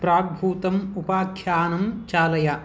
प्राग्भूतम् उपाख्यानं चालय